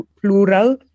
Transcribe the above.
plural